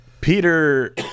Peter